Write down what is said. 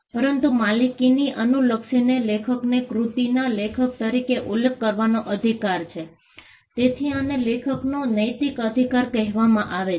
પરંતુ માલિકીની અનુલક્ષીને લેખકને કૃતિના લેખક તરીકે ઉલ્લેખ કરવાનો અધિકાર છે તેથી આને લેખકનો નૈતિક અધિકાર કહેવામાં આવે છે